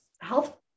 health